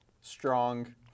Strong